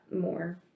more